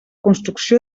construcció